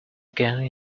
again